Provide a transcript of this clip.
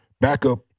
backup